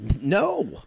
No